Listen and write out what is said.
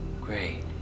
Great